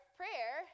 prayer